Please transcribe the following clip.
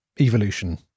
evolution